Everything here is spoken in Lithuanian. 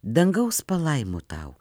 dangaus palaimų tau